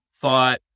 thought